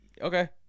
Okay